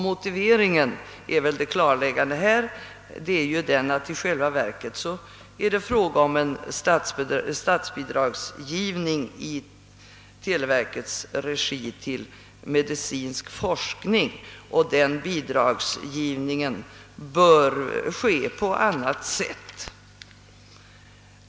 Motiveringen är att det i själva verket är fråga om en statsbidragsgivning i televerkets regi till medicinsk forskning, och den bidragsgivningen bör ske på annat sätt.